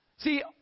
See